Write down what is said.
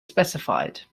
specified